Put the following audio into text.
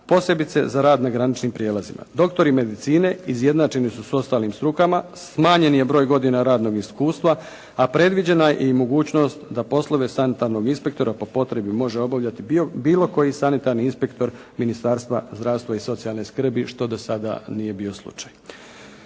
posebice za rad na graničnim prijelazima. Doktori medicine izjednačeni su s ostalim strukama, smanjen je broj godina radnog iskustva, a predviđena je i mogućnost da poslove sanitarnog inspektora po potrebi može obavljati bilo koji sanitarni inspektor Ministarstva zdravstva i socijalne skrbi što do sada nije bio slučaj.